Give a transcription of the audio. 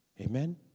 Amen